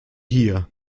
hier